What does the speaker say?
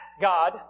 God